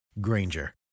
Granger